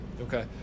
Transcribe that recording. Okay